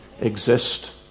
exist